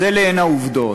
אז אלה הן העובדות.